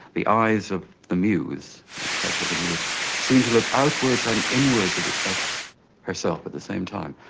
the eyes of the muse that statue of the muse seemed to look outwards and inwards at at herself at the same time.